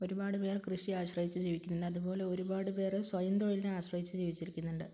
ഒരുപാട് പേർ കൃഷിയെ ആശ്രയിച്ച് ജീവിക്കുന്നുണ്ട് അതുപോലെ ഒരുപാട് പേര് സ്വയംതൊഴിലിനെ ആശ്രയിച്ച് ജീവിച്ചിരിക്കുന്നുണ്ട്